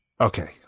Okay